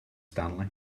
stanley